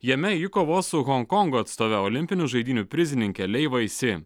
jame ji kovos su honkongo atstove olimpinių žaidynių prizininke lei vaisi